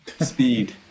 Speed